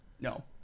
No